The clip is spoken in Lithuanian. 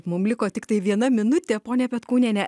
mum liko tiktai viena minutė pone petkūniene